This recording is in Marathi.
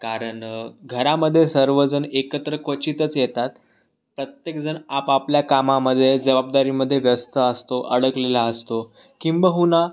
कारण घरामध्ये सर्वजण एकत्र क्वचितच येतात प्रत्येकजण आपापल्या कामामध्ये जवाबदारीमध्ये व्यस्त असतो अडकलेला असतो किंबहुना